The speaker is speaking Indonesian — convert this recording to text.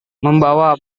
membawa